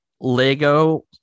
Lego